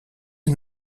est